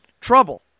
trouble